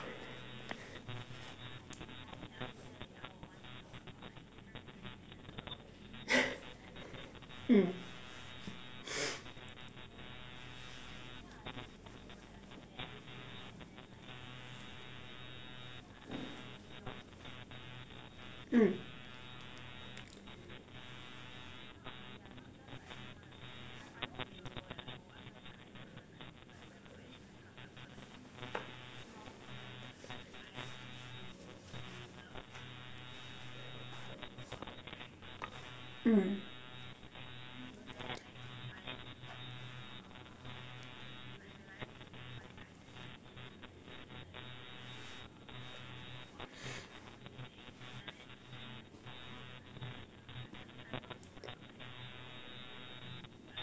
mm mm